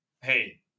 Hey